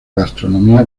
gastronomía